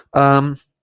um